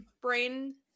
brain